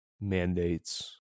mandates